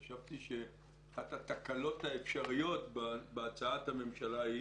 חשבתי שאחת התקלות האפשריות בהצעת הממשלה היא